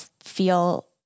feel